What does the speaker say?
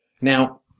Now